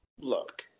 Look